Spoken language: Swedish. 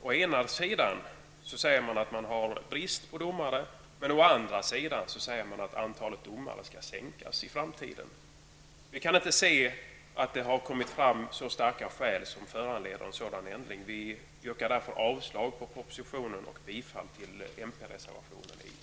Å ena sidan säger man att man har brist på domare, och å andra sidan säger man att antalet domare skall sänkas i framtiden. Vi kan inte se att det har kommit fram så starka skäl att det föranleder en sådan ändring. Vi yrkar därför avslag på propositionen och bifall till miljöpartiets reservation i betänkandet.